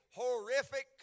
horrific